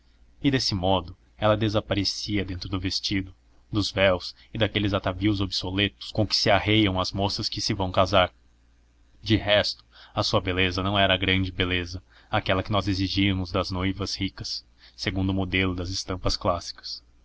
e desse modo ela desaparecia dentro do vestido dos véus e daqueles atavios obsoletos com que se arreiam as moças que se vão casar de resto a sua beleza não era a grande beleza aquela que nós exigimos das noivas ricas segundo o modelo das estampas clássicas